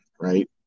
Right